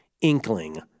inkling